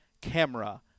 Camera